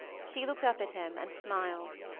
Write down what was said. she looked up at him and smiled.